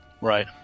Right